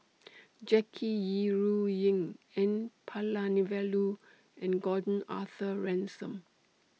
Jackie Yi Ru Ying N Palanivelu and Gordon Arthur Ransome